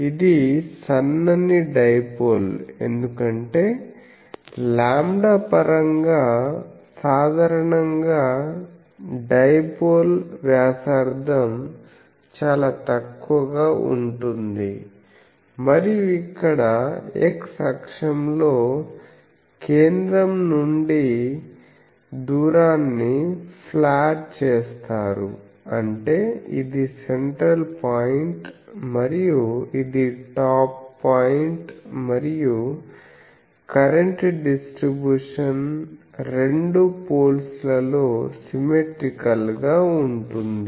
ఇది సన్నని డైపోల్ఎందుకంటే λ పరంగా సాధారణంగా డైపోల్ వ్యాసార్థం చాలా తక్కువగా ఉంటుంది మరియు ఇక్కడ x అక్షంలో కేంద్రం నుండి దూరాన్ని ప్లాట్ చేస్తారు అంటే ఇది సెంట్రల్ పాయింట్ మరియు ఇది టాప్ పాయింట్ మరియు కరెంట్ డిస్ట్రిబ్యూషన్ రెండు పోల్స్ లలో సిమ్మెట్రీకల్ గా ఉంటుంది